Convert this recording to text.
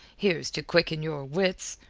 here's to quicken your wits.